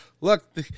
look